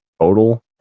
total